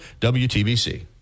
WTBC